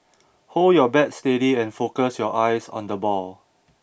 hold your bat steady and focus your eyes on the ball